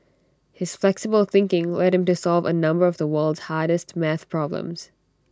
his flexible thinking led him to solve A number of the world's hardest math problems